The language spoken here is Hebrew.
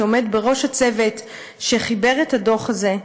שעומד בראש הצוות שחיבר את הדוח הזה.